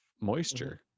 moisture